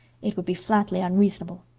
it would be flatly unreasonable.